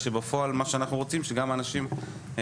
כאשר בפועל מה שאנחנו רוצים זה שגם האנשים האלה,